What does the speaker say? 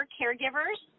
caregivers